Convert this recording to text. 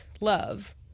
Love